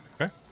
Okay